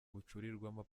bucurirwamo